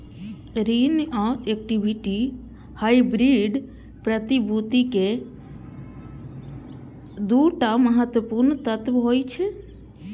ऋण आ equity hybrid प्रतिभूति के दू टा महत्वपूर्ण तत्व होइ छै